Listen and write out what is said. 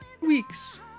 weeks